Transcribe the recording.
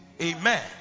Amen